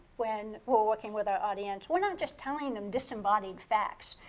when we're working with our audience. we're not just telling them disembodied facts.